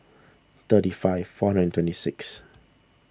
thirty five four hundred twenty six